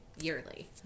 yearly